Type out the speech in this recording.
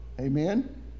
Amen